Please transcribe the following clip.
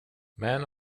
men